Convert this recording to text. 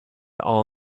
all